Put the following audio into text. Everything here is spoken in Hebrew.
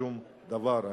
שום דבר.